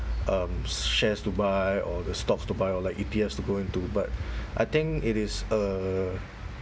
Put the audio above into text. um shares to buy or the stocks to buy or like E_T_Fs to go into but I think it is uh